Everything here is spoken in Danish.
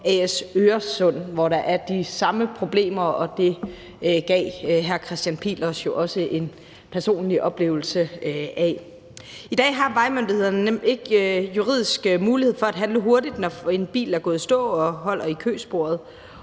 A/S Øresund, hvor der er de samme problemer. Det gav hr. Kristian Pihl Lorentzen os jo også en personlig oplevelse af. I dag har vejmyndighederne nemlig ikke juridisk mulighed for at handle hurtigt, når en bil er gået i stå og holder i køresporet,